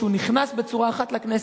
שנכנס בצורה אחת לכנסת,